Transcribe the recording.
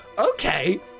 Okay